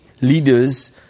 leaders